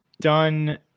done